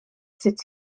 sut